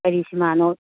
ꯀꯔꯤ ꯁꯤꯅꯦꯃꯥꯅꯣ